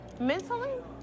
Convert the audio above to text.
mentally